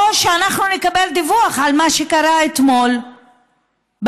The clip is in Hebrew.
או שאנחנו נקבל דיווח על מה שקרה אתמול בלילה,